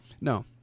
No